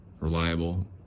Reliable